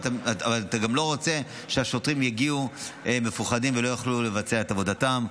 אבל אתה גם לא רוצה שהשוטרים יגיעו מפוחדים ולא יוכלו לבצע את עבודתם.